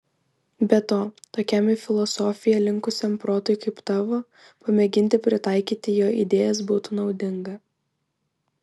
be to tokiam į filosofiją linkusiam protui kaip tavo pamėginti pritaikyti jo idėjas būtų naudinga